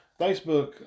Facebook